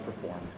perform